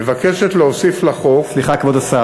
מבקשת להוסיף לחוק, סליחה, כבוד השר.